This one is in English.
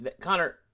Connor